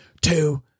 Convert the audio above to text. two